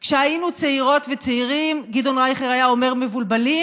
כשהיינו צעירות וצעירים גדעון רייכל היה אומר: מבולבלים?